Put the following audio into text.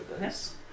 Yes